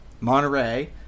Monterey